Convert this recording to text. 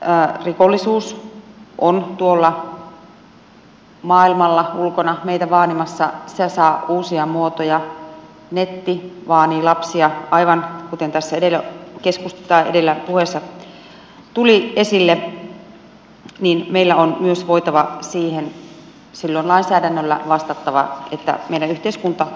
koska rikollisuus on tuolla maailmalla ulkona meitä vaanimassa se saa uusia muotoja netti vaanii lapsia aivan kuten jo tässä edellä puheessa tuli esille niin meidän on myös voitava siihen silloin lainsäädännöllä vastata että meidän yhteiskuntamme olisi turvallisempi